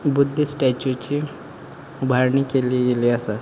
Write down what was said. बुद्ध स्टेच्यूची उबारणी केली गेली आसा